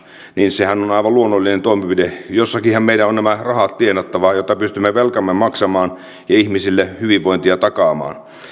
sehän on aivan luonnollinen toimenpide jostakinhan meidän on nämä rahat tienattava jotta pystymme velkamme maksamaan ja ihmisille hyvinvointia takaamaan